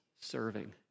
serving